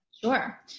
Sure